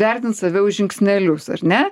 vertint save už žingsnelius ar ne